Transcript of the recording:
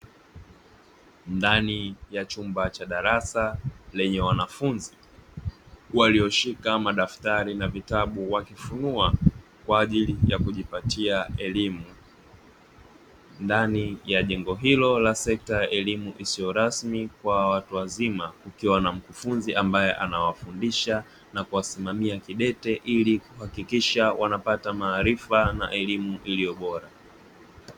Ndani ya chumba cha darasa lenye wanafunzi walioshika madaftari na vitabu, wakifunua kwa ajili ya kujipatia elimu; ndani ya jengo hilo la sekta ya elimu isiyo rasmi kwa watu wazima, kukiwa na mkufunzi ambaye anawafundisha na kuwasimamia kidete ili kuhakikisha wanapata maarifa na elimu iliyo bora.